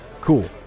Cool